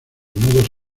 nudos